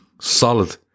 solid